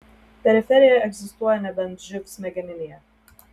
periferija egzistuoja nebent živ smegeninėje